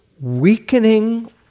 weakening